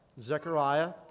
Zechariah